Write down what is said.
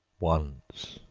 once,